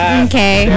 okay